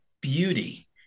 beauty